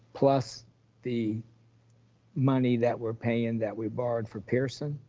plus the money that we're paying that we borrowed for pearson